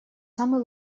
самый